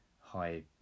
high